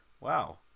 wow